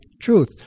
truth